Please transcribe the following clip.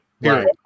Right